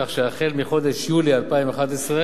כך שהחל מחודש יולי 2011,